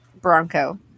Bronco